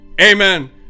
amen